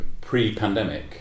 pre-pandemic